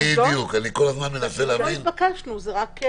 זה דיווח.